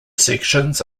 sections